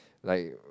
like